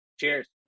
cheers